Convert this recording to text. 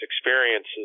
experiences